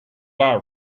are